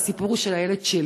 והסיפור הוא של הילד שלי,